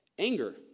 Anger